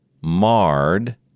marred